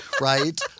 right